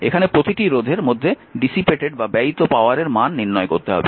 এখানে প্রতিটি রোধের মধ্যে ব্যয়িত পাওয়ারের মান নির্ণয় করতে হবে